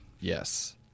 Yes